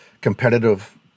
competitive